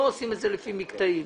לא עושים את זה לפי מקטעים.